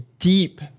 deep